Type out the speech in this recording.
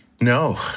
No